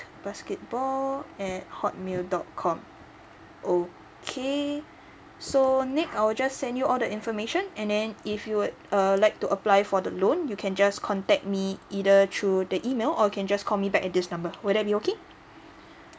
basketball at hotmail dot com okay so nick I'll just send you all the information and then if you would err like to apply for the loan you can just contact me either through the email or you can just call me back at this number will that be okay